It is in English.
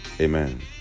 Amen